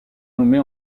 nommée